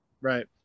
right